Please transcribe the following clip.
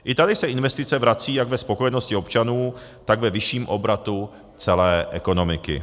I tady se investice vracejí jak ve spokojenosti občanů, tak ve vyšším obratu celé ekonomiky.